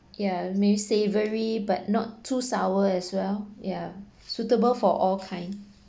yeah may savoury but not too sour as well yeah suitable for all kind